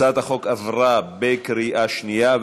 הצעת החוק התקבלה בקריאה שנייה.